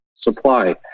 supply